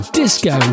disco